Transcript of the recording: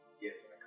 Yes